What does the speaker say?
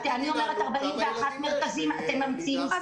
אני אומרת: 41 מרכזים, אתם ממציאים מספרים חדשים.